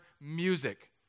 music